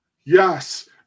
Yes